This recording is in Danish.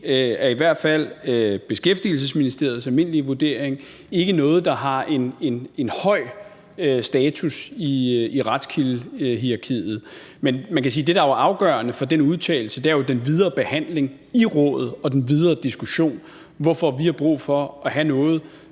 ikke efter Beskæftigelsesministeriets almindelige vurdering, noget, der har en høj status i retskildehierarkiet. Men man kan sige, at det, der jo er afgørende for den udtalelse, er den videre behandling i Rådet og den videre diskussion, hvorfor vi har brug for at have noget